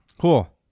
Cool